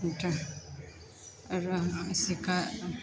शिका